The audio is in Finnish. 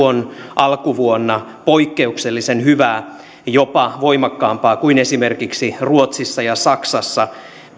on alkuvuonna poikkeuksellisen hyvää jopa voimakkaampaa kuin esimerkiksi ruotsissa ja saksassa